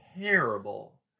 terrible